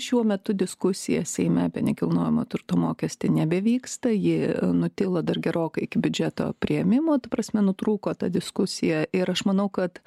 šiuo metu diskusija seime apie nekilnojamo turto mokestį nebevyksta ji nutilo dar gerokai iki biudžeto priėmimo prasme nutrūko ta diskusija ir aš manau kad